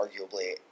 arguably